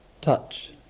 touch